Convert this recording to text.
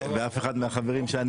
ואף אחד מהחברים,